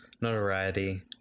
notoriety